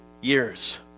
years